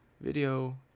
video